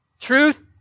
Truth